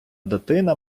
дитина